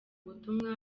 ubutumwa